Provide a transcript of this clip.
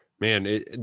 man